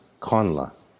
Conla